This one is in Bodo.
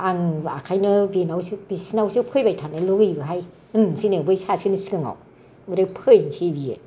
आं ओंखायनो बिसोरनावसो फैबाय थानो लुबैयोहाय होनसैनो बै सासेनि सिगाङाव ओमफ्राय फैनोसै बियो